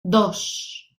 dos